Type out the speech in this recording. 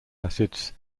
acids